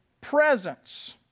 presence